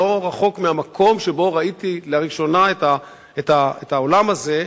לא רחוק מהמקום שבו ראיתי לראשונה את העולם הזה,